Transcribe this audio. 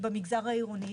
במגזר העירוני.